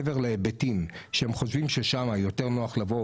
מעבר להיבטים שהם חושבים ששם יותר נוח לבוא